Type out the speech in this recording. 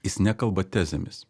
jis nekalba tezėmis